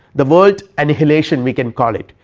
the world and annihilation we can call it,